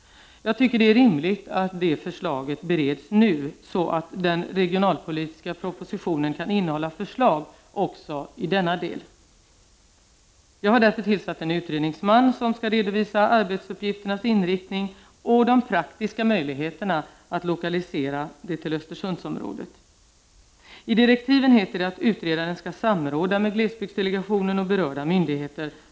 Jag tycker det är rimligt att det förslaget bereds nu, så att den regionalpolitiska propositionen kan innehålla förslag också i denna del. Jag har därför tillsatt en utredningsman som skall redovisa arbetsuppgifternas inriktning och de praktiska möjligheterna att lokalisera detta glesbygdscentrum till Östersundsområdet. I direktiven heter det att utredaren skall samråda med glesbygdsdelegationen och berörda myndigheter.